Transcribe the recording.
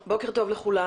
בוקר טוב לכולם.